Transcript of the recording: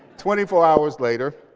twenty four hours later,